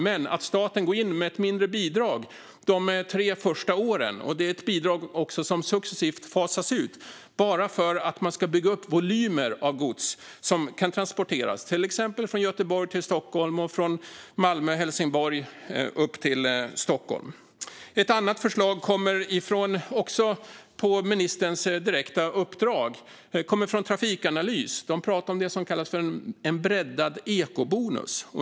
Men staten går in med ett mindre bidrag - som successivt fasas ut - de tre första åren för att man ska bygga upp volymer av gods som kan transporteras, till exempel från Göteborg till Stockholm och från Malmö eller Helsingborg upp till Stockholm. Även ett annat förslag kommer på ministerns direkta uppdrag. Det kommer från Trafikanalys, som talar om det som kallas för en breddad ekobonus.